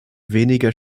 weniger